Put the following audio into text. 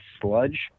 sludge